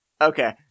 Okay